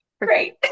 great